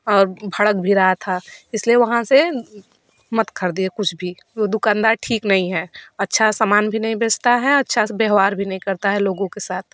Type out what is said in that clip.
और भड़क भी रहा था इसलिए वहाँ से मत खरीदिए कुछ भी वो दुकानदार ठीक नहीं है अच्छा समान भी नहीं बेचता है अच्छा व्यव्हार भी नहीं करता है लोगों के साथ